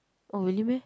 oh really meh